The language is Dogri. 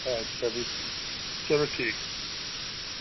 अच्छा फ्ही चलो ठीक ऐ